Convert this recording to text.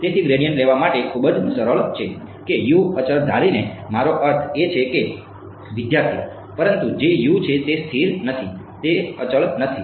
તેથી ગ્રેડિયન્ટ લેવા માટે ખૂબ જ સરળ છે કે અચળ ધારીને મારો અર્થ એ છે વિદ્યાર્થી પરંતુ જે U છે તે સ્થિર નથી તે અચળ નથી